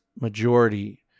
majority